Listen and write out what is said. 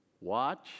Watch